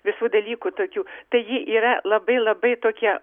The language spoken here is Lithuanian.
visų dalykų tokių taigi yra labai labai tokie